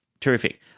Terrific